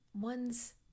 one's